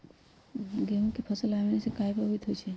गेंहू के फसल हव आने से काहे पभवित होई छई?